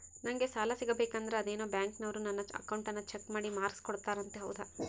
ನಂಗೆ ಸಾಲ ಸಿಗಬೇಕಂದರ ಅದೇನೋ ಬ್ಯಾಂಕನವರು ನನ್ನ ಅಕೌಂಟನ್ನ ಚೆಕ್ ಮಾಡಿ ಮಾರ್ಕ್ಸ್ ಕೊಡ್ತಾರಂತೆ ಹೌದಾ?